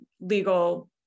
legal